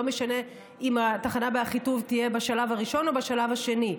לא משנה אם התחנה באחיטוב תהיה בשלב הראשון או בשלב השני.